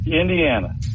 Indiana